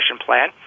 plan